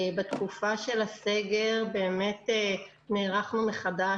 בתקופה של הסגר נערכנו מחדש,